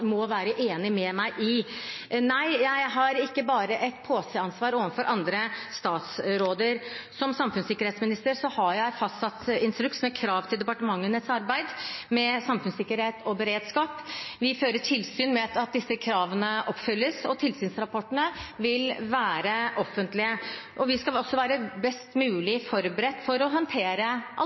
må være enig med meg i. Nei, jeg har ikke bare et påseansvar overfor andre statsråder. Som samfunnssikkerhetsminister har jeg fastsatt instruks med krav til departementenes arbeid med samfunnssikkerhet og beredskap. Vi fører tilsyn med at disse kravene oppfylles, og tilsynsrapportene vil være offentlige, og vi skal også være best mulig forberedt for å håndtere